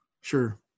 Sure